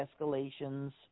escalations